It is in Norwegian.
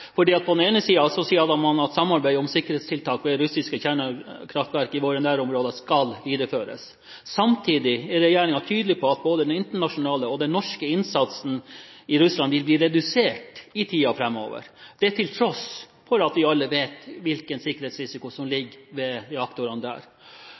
På den ene siden sier man at samarbeid om sikkerhetstiltak ved russiske kjernekraftverk i våre nærområder skal videreføres. Samtidig er regjeringen tydelig på at både den internasjonale og den norske innsatsen i Russland vil bli redusert i tiden framover, til tross for at vi alle vet hvilken sikkerhetsrisiko